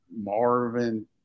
Marvin